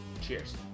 Cheers